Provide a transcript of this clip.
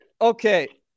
Okay